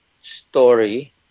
story